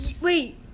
Wait